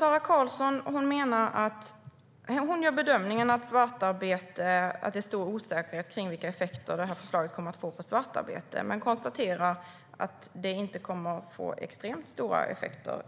Fru talman! Sara Karlsson gör bedömningen att det är stor osäkerhet om vilka effekter förslaget kommer att få på svartarbete men konstaterar att det i alla fall inte kommer att få extremt stora effekter.